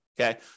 Okay